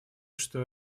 что